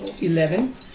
Eleven